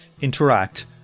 interact